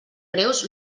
greus